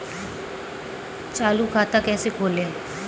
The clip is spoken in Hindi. चालू खाता कैसे खोलें?